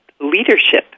leadership